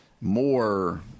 more